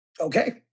okay